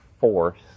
force